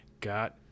Got